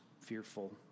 fearful